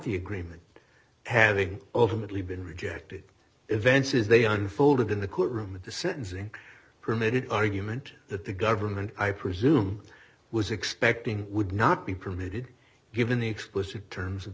the agreement having over mentally been rejected events is they unfolded in the courtroom at the sentencing permitted argument that the government i presume was expecting would not be permitted given the explicit terms of